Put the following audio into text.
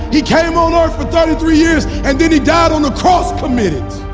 he came on earth thirty three years and then he died on the cross committed.